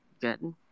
good